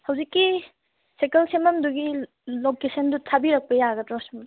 ꯍꯧꯖꯤꯛꯀꯤ ꯁꯥꯏꯀꯜ ꯁꯦꯝꯐꯃꯗꯨꯒꯤ ꯂꯣꯀꯦꯁꯟꯗꯨ ꯊꯥꯕꯤꯔꯛꯄ ꯌꯥꯒꯗ꯭ꯔꯣ